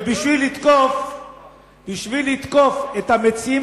ובשביל לתקוף את המציעים,